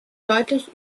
deutlich